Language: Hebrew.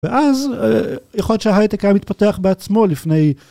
ואז יכול להיות שההייטק היה מתפתח בעצמו לפני..